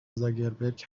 زاکبرک